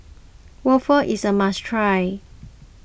Waffle is a must try